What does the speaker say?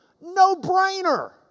no-brainer